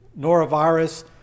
norovirus